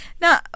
Now